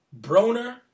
Broner